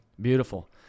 Beautiful